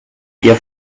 ihr